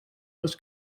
was